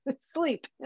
Sleep